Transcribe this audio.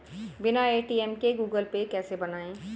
बिना ए.टी.एम के Google Pay कैसे बनायें?